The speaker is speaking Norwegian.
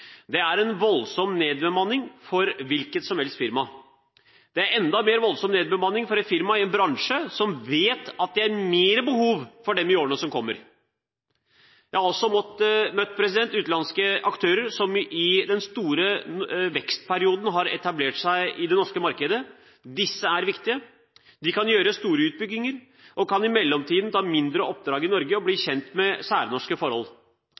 Det er en voldsom nedbemanning for et hvilket som helst firma. Det er en enda mer voldsom nedbemanning for et firma i en bransje som vet at det er mer behov for dem i årene som kommer. Jeg har også møtt utenlandske aktører som i den store vekstperioden har etablert seg i det norske markedet. Disse er viktige. De kan gjøre store utbygginger og kan i mellomtiden ta mindre oppdrag i Norge og bli kjent med særnorske forhold.